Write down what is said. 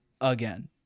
again